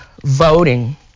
voting